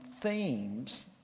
themes